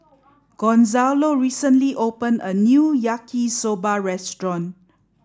Gonzalo recently opened a new Yaki soba restaurant